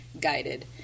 guided